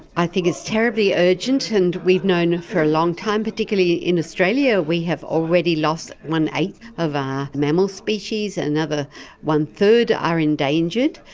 i think it's terribly urgent, and we've known for a long time, particularly in australia we have already lost one-eighth of our mammal species, another one-third are endangered.